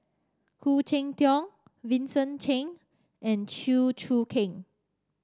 Khoo Cheng Tiong Vincent Cheng and Chew Choo Keng